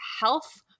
health